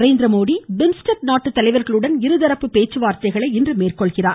Narendra Modi BIMSTEC நாட்டுத் தலைவர்களுடன் இருதரப்பு பேச்சுவார்த்தைகளை இன்று மேற்கொள்கிறார்